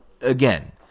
again